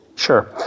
Sure